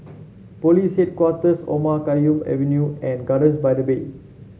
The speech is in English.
Police Headquarters Omar Khayyam Avenue and Gardens by the Bay